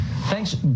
Thanks